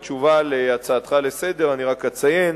בתשובה על הצעתך לסדר-היום אני רק אציין